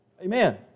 Amen